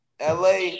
LA